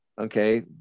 Okay